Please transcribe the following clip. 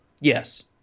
Yes